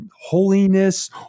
holiness